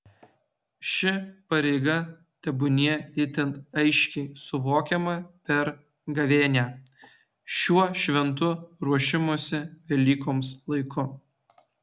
ši pareiga tebūnie itin aiškiai suvokiama per gavėnią šiuo šventu ruošimosi velykoms laiku